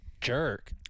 jerk